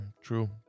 true